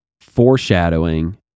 foreshadowing